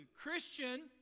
Christian